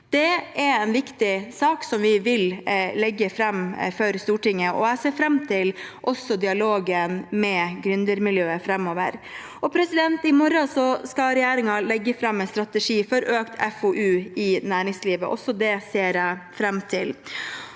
Det er en viktig sak vi vil legge fram for Stortinget. Jeg ser fram til dialogen med gründermiljøet framover. I morgen skal regjeringen legge fram en strategi for økt FoU i næringslivet.